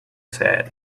said